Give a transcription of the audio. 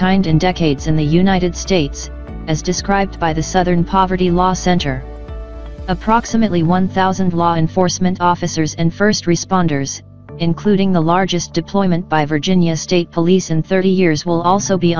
kind in decades in the united states as described by the southern poverty law center approximately one thousand law enforcement officers and first responders including the largest deployment by virginia state police in thirty years will also be